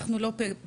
אנחנו לא בפגרה,